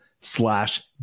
slash